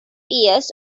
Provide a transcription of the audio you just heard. years